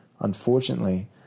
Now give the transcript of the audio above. unfortunately